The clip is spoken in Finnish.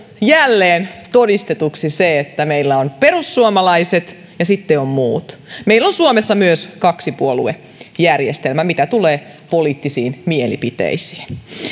jälleen todistetuksi se että meillä on perussuomalaiset ja sitten on muut meillä on suomessa myös kaksipuoluejärjestelmä mitä tulee poliittisiin mielipiteisiin